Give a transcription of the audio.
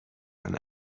and